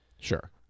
Sure